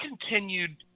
continued